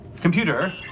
Computer